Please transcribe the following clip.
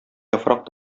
яфрак